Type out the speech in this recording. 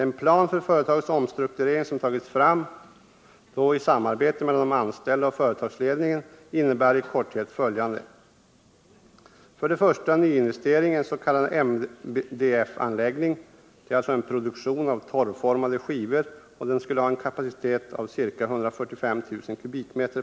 Den plan för företagets omstrukturering som tagits fram i samarbete mellan anställda och företagsledning innebär i korthet följande: För det första nyinvestering i en s.k. MDF-anläggning — produktion av torrformade skivor — med en kapacitet av ca 145 000 m?